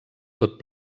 tot